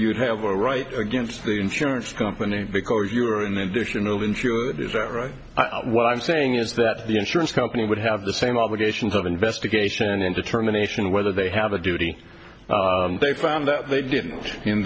you have a right against the insurance company because you are in addition to insure it is that right what i'm saying is that the insurance company would have the same obligations of investigation into terminations whether they have a duty they found that they didn't in